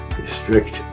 restrict